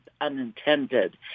unintended